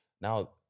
now